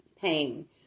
pain